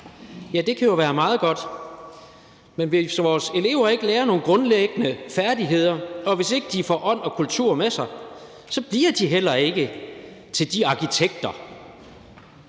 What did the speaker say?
Ja, det kan jo være meget godt, men hvis vores elever ikke lærer nogle grundlæggende færdigheder, og hvis ikke de får ånd og kultur med sig, så bliver de heller ikke til de arkitekter,